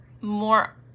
more